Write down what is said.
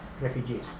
refugees